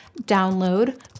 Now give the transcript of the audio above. download